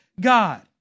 God